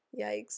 Yikes